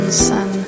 sun